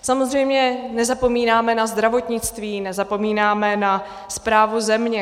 Samozřejmě nezapomínáme na zdravotnictví, nezapomínáme na správu země.